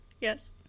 Yes